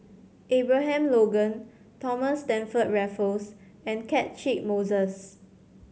Abraham Logan Thomas Stamford Raffles and Catchick Moses